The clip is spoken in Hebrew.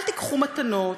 אל תיקחו מתנות,